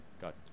got